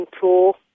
tool